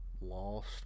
lost